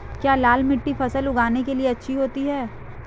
क्या लाल मिट्टी फसल उगाने के लिए अच्छी होती है?